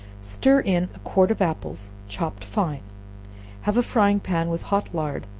stir in a quart of apples, chopped fine have a frying-pan with hot lard,